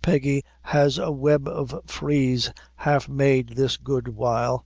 peggy has a web of frieze half made this good while